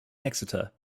exeter